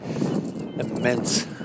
immense